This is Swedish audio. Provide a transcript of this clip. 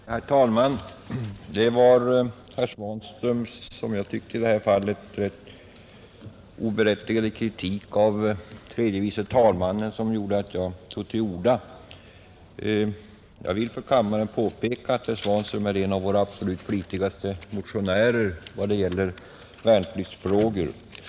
Herr talman! Det var herr Svanströms som jag tyckte i detta fall ganska oberättigade kritik av tredje vice talmannen, som föranledde mig att begära ordet. Jag vill för kammaren påpeka att herr Svanström är en av våra avgjort flitigaste motionärer vad gäller värnpliktsfrågor.